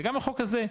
וגם החוק הזה,